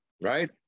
right